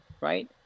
right